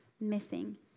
missing